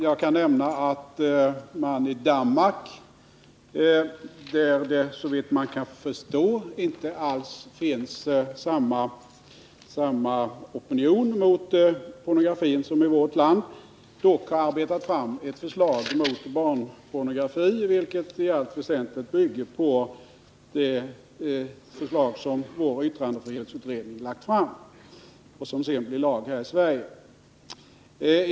Jag kan nämna att man i Danmark, där det såvitt jag förstår inte alls finns samma opinion mot pornografi som i vårt land, dock har arbetat fram ett förslag mot barnpornografi, vilket i allt väsentligt bygger på det förslag som vår yttrandefrihetsutredning lagt fram och som sedan blev lag här i Sverige.